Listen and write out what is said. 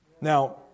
Now